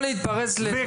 יש